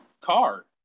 car